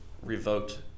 revoked